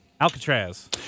Alcatraz